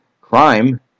crime